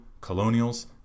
colonials